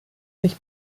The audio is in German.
sich